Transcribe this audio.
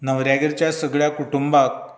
न्हवऱ्यागेरच्या सगळ्यां कुटूंबाक